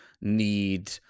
need